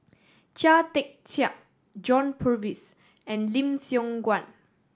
Chia Tee Chiak John Purvis and Lim Siong Guan